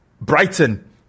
Brighton